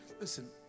Listen